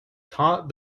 taught